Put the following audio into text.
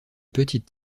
petites